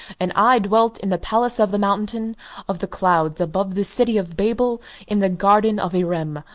and i dwelt in the palace of the mountain of the clouds above the city of babel in the garden of irem,